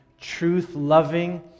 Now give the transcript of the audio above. truth-loving